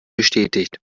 bestätigt